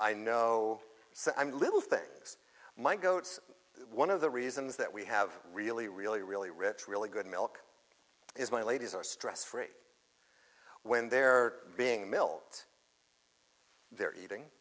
i know so i'm little things my goats one of the reasons that we have really really really rich really good milk is my ladies are stress free when they're being milt they're eating